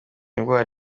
indwara